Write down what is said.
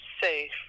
safe